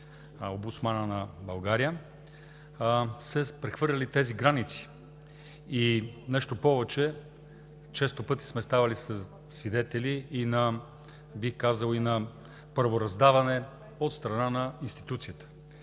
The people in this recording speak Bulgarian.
Омбудсмана на България, са се прехвърляли тези граници. И нещо повече, често пъти сме ставали свидетели, бих казал, и на правораздаване от страна на институцията,